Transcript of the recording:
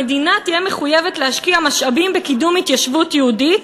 המדינה תהיה מחויבת להשקיע משאבים בקידום התיישבות יהודית,